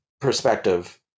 perspective